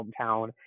hometown